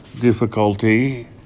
difficulty